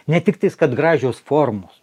ne tik tais kad gražios formos